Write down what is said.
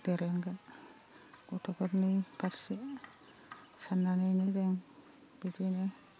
देरलांगोन गथ'फोरनि फारसे साननानैनो जों बिदिनो